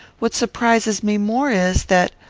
what surprises me more is that,